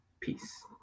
Peace